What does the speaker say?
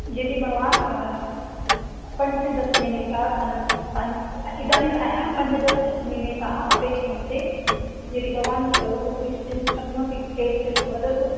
यदि भवान् पञ्च दश निमेषात् अन् अन् इदानीम् अहं पञ्चदशनिमेषाः अपेक्ष्यन्ते यदि भवान् उपविष्टुं शक्नोति चेत् वदतु